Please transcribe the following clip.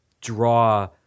draw